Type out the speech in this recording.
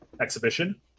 exhibition